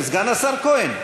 סגן השר כהן,